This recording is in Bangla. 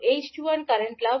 𝐡21 কারেন্ট লাভ